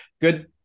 good